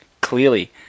clearly